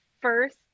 first